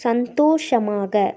சந்தோஷமாக